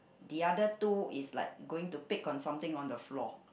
the other two is like going to pick on something on the floor